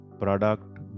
product